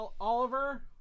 Oliver